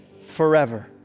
forever